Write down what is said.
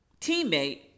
teammate